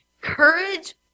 courage